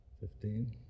Fifteen